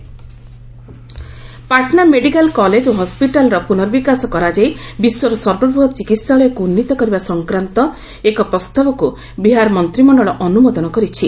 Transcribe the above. Bihar cabinet Patna medical college ଓ ହସ୍କିଟାଲର ପୁନର୍ବିକାଶ କରାଯାଇ ବିଶ୍ୱର ସର୍ବବୃହତ୍ ଚିକିିିିିିିିି ୍ରିନ୍ଦୀତ କରିବା ସଂକ୍ରାନ୍ତ ଏକ ପ୍ରସ୍ତାବକୁ ବିହାର ମନ୍ତ୍ରିମଣ୍ଡଳ ଅନୁମୋଦନ କରିଛି